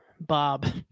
bob